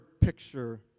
picture